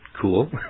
cool